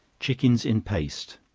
chickens in paste.